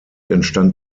entstand